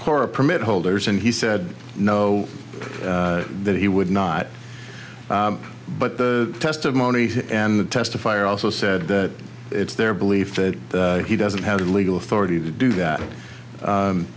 kora permit holders and he said no that he would not but the testimony and the testify also said that it's their belief that he doesn't have the legal authority to do that